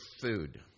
food